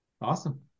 Awesome